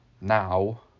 now